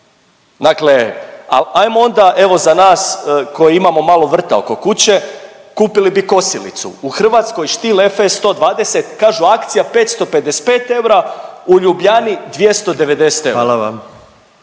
Dakle, ajmo onda, evo za nas koji imamo malo vrta oko kuće, kupili bi kosilicu. U Hrvatskoj Stihl .../Govornik se ne razumije./... 120, kažu akcija 555 eura, u Ljubljani 290 eura.